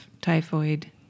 typhoid